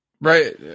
Right